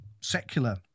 secular